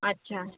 अच्छा